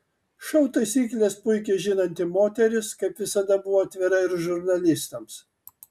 šou taisykles puikiai žinanti moteris kaip visada buvo atvira ir žurnalistams